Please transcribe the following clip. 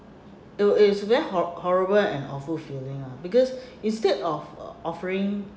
it it's a very hor~ horrible and awful feeling lah because instead of uh offering